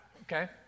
Okay